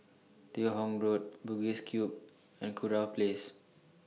Teo Hong Road Bugis Cube and Kurau Place